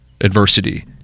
adversity